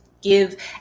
give